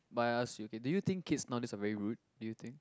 but I ask you okay do you think kids nowadays are very rude do you think